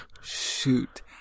Shoot